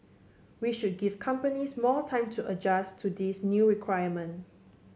we should give companies more time to adjust to this new requirement